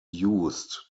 used